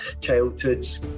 childhoods